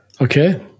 okay